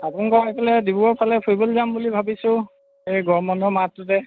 আপোনলোকৰ সেইফালে ডিব্ৰুগড়ৰ ফালে ফুৰিবলৈ যাম বুলি ভাবিছোঁ এই গৰম বন্ধৰ মাহটোতে